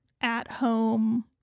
at-home